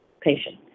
patient